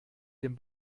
dem